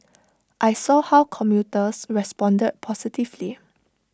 I saw how commuters responded positively